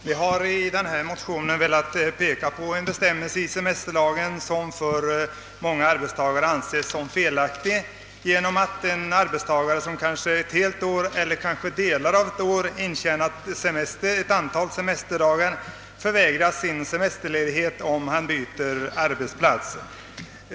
Herr talman! I motionerna I: 437 och II: 556 har pekats på en bestämmelse i semesterlagen som för många arbetstagare ter sig felaktig. En arbetstagare som kanske ett helt år eller delar av ett år har intjänat ett antal semesterdagar kan vägras semesterledighet om han byter arbetsplats.